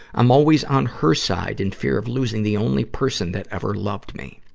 i'm always on her side, in fear of losing the only person that ever loved me.